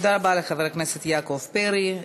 תודה רבה לחבר הכנסת יעקב פרי.